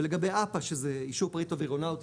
ולגבי אפ"א שזה אישור פריט אווירונאוטי,